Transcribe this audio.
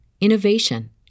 innovation